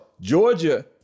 Georgia